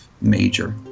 major